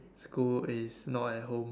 school is not at home